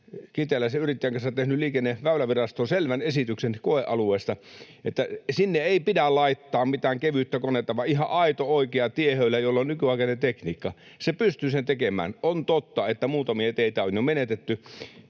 kiteeläisen yrittäjän kanssa, tehnyt Väylävirastoon selvän esityksen koealueesta. Sinne ei pidä laittaa mitään kevyttä konetta vaan ihan aito, oikea tiehöylä, jolla on nykyaikainen tekniikka. Se pystyy sen tekemään. On totta, että muutamia teitä on jo menetetty.